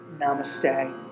Namaste